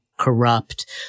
corrupt